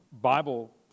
Bible